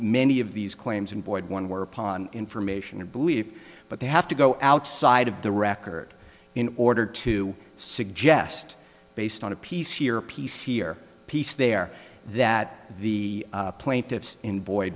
many of these claims and void one where upon information to believe but they have to go outside of the record in order to suggest based on a piece here piece here piece there that the plaintiffs in boy